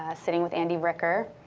sitting with andy ricker,